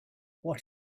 what